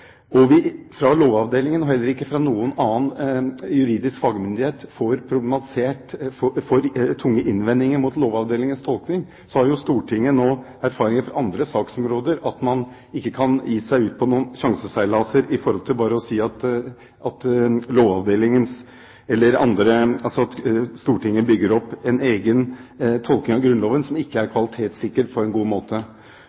heller ikke fra noen annen juridisk fagmyndighet kommer tunge innvendinger mot tolkningen, har Stortinget erfaringer fra andre saksområder med at man ikke kan gi seg ut på noen sjanseseilas ved bare å si at Stortinget bygger opp en egen tolkning av Grunnloven som ikke er